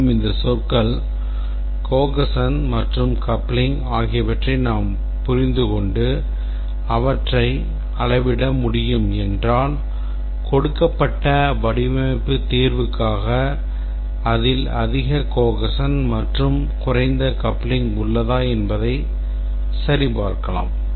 மேலும் இந்த சொற்கள் cohesion மற்றும் coupling ஆகியவற்றை நாம் புரிந்துகொண்டு அவற்றை அளவிட முடியும் என்றால் கொடுக்கப்பட்ட வடிவமைப்பு தீர்வுக்காக அதில் அதிக cohesion மற்றும் குறைந்த coupling உள்ளதா என்பதை சரிபார்க்கலாம்